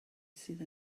sydd